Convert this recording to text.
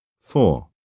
Four